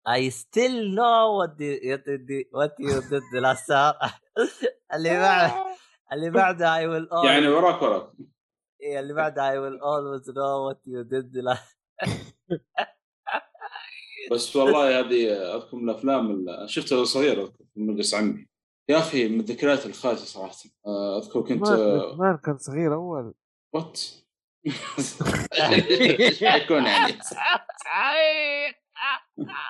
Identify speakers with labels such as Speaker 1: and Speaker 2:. Speaker 1: I still know what you- what you did the last time. اللي بعد- اللي بعد، I will
Speaker 2: يعني وراك وراك.
Speaker 1: always- إيه، اللي بعد، I will always know what you did the last-
Speaker 2: بس والله هذه أذكر من الأفلام اللي- شفتها صغيرة في المجلس عمي. يا أخي من الذكريات الخايسة صراحة. أذكر كنت-
Speaker 3: مار- مار كان صغير أول.
Speaker 2: What? إيش بيكون يعني؟